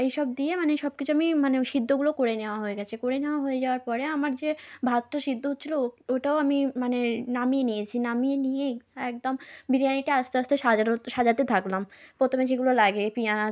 এই সব দিয়ে মানে সব কিছু আমি মানে সিদ্ধগুলো করে নেওয়া হয়ে গেছে করে নেওয়া হয়ে যাওয়ার পরে আমার যে ভাতটা সিদ্ধ হচ্ছিল ওটাও আমি মানে নামিয়ে নিয়েছি নামিয়ে নিয়েই একদম বিরিয়ানিটা আস্তে আস্তে সাজানো সাজাতে থাকলাম প্রথমে যেগুলো লাগে পিঁয়াজ